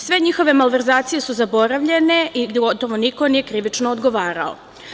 Sve njihove malverzacije su zaboravljene i niko nije krivično odgovarao.